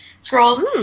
Scrolls